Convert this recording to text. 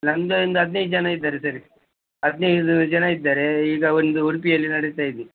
ನನ್ನದು ಒಂದು ಹದ್ನೈದು ಜನ ಇದ್ದಾರೆ ಸರಿ ಹದ್ನೈದು ಜನ ಇದ್ದಾರೆ ಈಗ ಒಂದು ಉಡುಪಿಯಲ್ಲಿ ನಡಿತಾ ಇದೆ